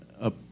up